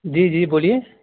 جی جی بولیے